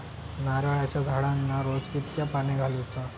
नारळाचा झाडांना रोज कितक्या पाणी घालुचा?